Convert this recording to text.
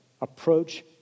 approach